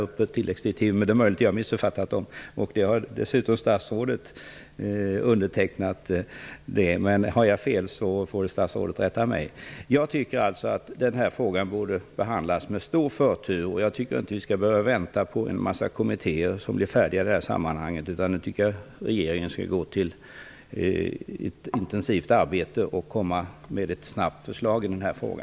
Det är möjligt att jag har missuppfattat dem. Statsrådet har undertecknat dem, så har jag fel får statsrådet rätta mig. Denna fråga borde behandlas med stor förtur. Vi skall inte behöva vänta på att en massa kommittéer blir färdiga. Jag tycker att regeringen skall starta ett intensivt arbete och snabbt framlägga förslag i denna fråga.